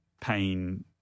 pain